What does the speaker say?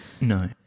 no